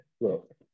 Look